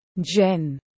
Jen